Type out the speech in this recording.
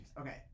Okay